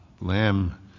lamb